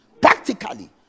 Practically